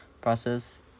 process